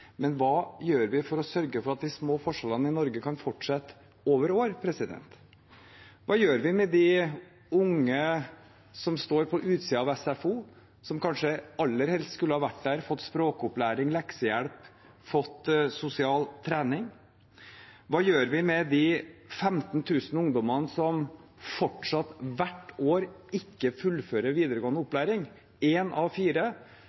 men hva gjør vi for å sørge for at de små forskjellene i Norge kan fortsette over år? Hva gjør vi med de unge som står på utsiden av SFO, som kanskje aller helst skulle vært der og fått språkopplæring, leksehjelp og sosial trening? Hva gjør vi med de 15 000 ungdommene som fortsatt, hvert år, ikke fullfører videregående opplæring – én av fire?